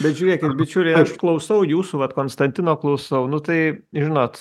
bet žiūrėkit ir bičiuliai aš klausau jūsų vat konstantino klausau nu tai žinot